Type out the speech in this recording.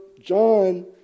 John